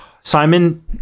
simon